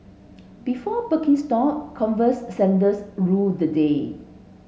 before Birkenstock Converse sandals ruled the day